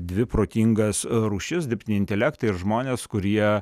dvi protingas rūšis dirbtinį intelektą ir žmones kurie